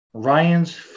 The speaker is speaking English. Ryan's